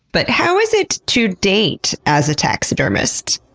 but how is it to date as a taxidermist?